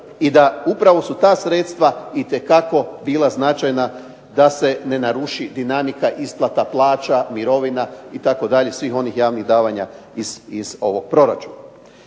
i da su upravo ta sredstva itekako bila značajna da se ne naruši dinamika isplata plaća, mirovina itd. svih onih javnih davanja iz proračuna.